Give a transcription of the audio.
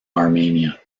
armenia